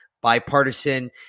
bipartisan